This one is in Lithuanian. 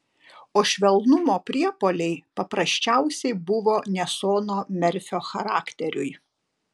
o švelnumo priepuoliai paprasčiausiai buvo ne sono merfio charakteriui